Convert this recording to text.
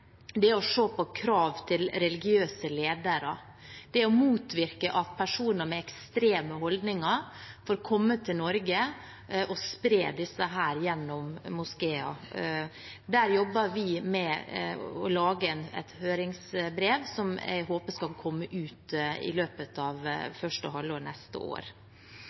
å se på krav til religiøse ledere og å motvirke at personer med ekstreme holdninger får komme til Norge og spre disse gjennom moskeer. Der jobber vi med å lage et høringsbrev, som jeg håper skal komme ut i løpet av første halvår neste år.